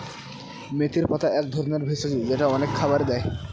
মেথির পাতা এক ধরনের ভেষজ যেটা অনেক খাবারে দেয়